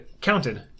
counted